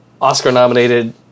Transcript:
Oscar-nominated